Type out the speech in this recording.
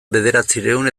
bederatziehun